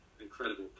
incredible